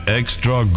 extra